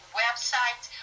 websites